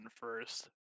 first